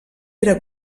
era